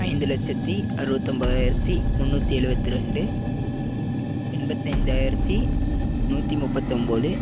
ஐந்து லட்சத்தி அறுபத்தொம்போதாயிரத்தி முண்ணூற்றி எழுபத்தி ரெண்டு எண்பத்தி ஐந்தாயிரத்தி நூற்றி முப்பத்தொன்போது